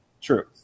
True